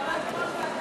נא לשמור על שקט,